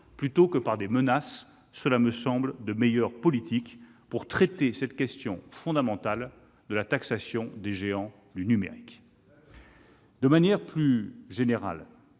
plutôt que par des menaces ! Cela me semble de meilleure politique pour traiter cette question fondamentale de la taxation des géants du numérique. Très bien ! De manière plus générale,